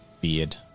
Beard